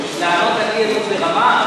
לענות על אי-אמון ברמה?